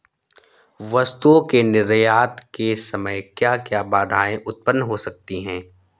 वस्तुओं के निर्यात के समय क्या क्या बाधाएं उत्पन्न हो सकती हैं?